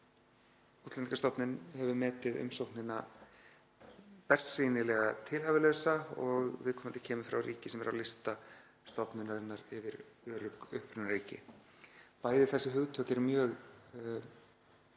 Útlendingastofnun hefur metið umsóknina bersýnilega tilhæfulausa og viðkomandi kemur frá ríki sem er á lista stofnunarinnar yfir örugg upprunaríki. Bæði þessi hugtök eru mjög